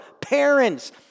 Parents